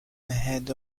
had